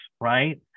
right